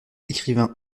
écrivain